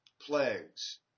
plagues